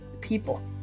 people